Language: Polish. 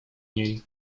niej